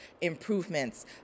improvements